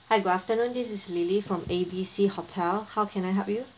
hi good afternoon this is lily from A B C hotel how can I help you